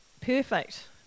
perfect